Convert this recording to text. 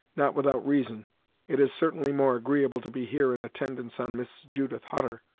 not without reason it is certainly more agreeable to be here in attendance on miss judith hutter,